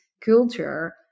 culture